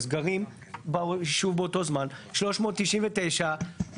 אז גרים ביישוב באותו זמן 399 משפחות.